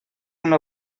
una